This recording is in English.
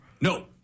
No